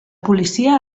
policia